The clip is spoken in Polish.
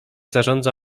zarządza